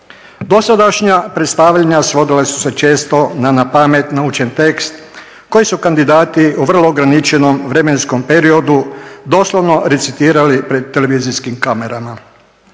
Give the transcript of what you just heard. Dosadašnja predstavljanja svodila su se često na napamet naučen tekst koji su kandidati u vrlo ograničenom vremenskom periodu doslovno recitirali pred televizijskim kamerama.